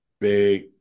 big